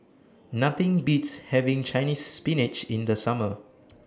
Nothing Beats having Chinese Spinach in The Summer